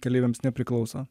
keleiviams nepriklauso